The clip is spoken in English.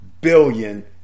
billion